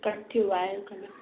कठी wire connect